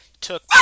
took